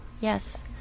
yes